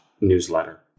newsletter